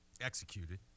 executed